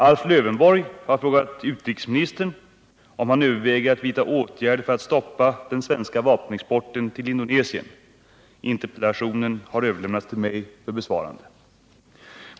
Alf Lövenborg har frågat utrikesministern om han överväger att vidta åtgärder för att stoppa den svenska vapenexporten till Indonesien. Interpellationen har överlämnats till mig för besvarande.